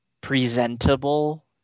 presentable